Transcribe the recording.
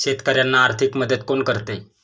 शेतकऱ्यांना आर्थिक मदत कोण करते?